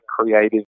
creative